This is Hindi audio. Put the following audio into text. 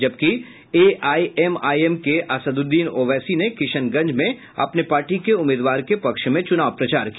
जबकि एआईएमआईएम के असदुद्दीन ओवैसी ने किशनगंज में अपने पार्टी के उम्मीदवार के पक्ष में चुनाव प्रचार किया